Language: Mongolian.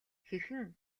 хэрхэн